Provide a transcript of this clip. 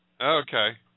Okay